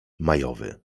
majowy